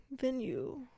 venue